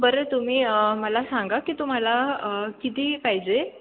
बरं तुम्ही मला सांगा की तुम्हाला किती पाहिजे